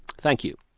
thank you.